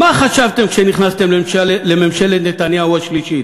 מה חשבתם כשנכנסתם לממשלת נתניהו השלישית,